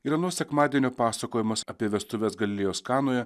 ir ano sekmadienio pasakojimas apie vestuves galilėjos kanoje